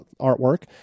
artwork